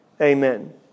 Amen